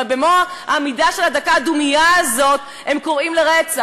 הרי במו העמידה של דקת הדומייה הזאת הם קוראים לרצח,